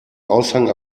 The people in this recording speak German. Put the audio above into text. aushang